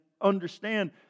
understand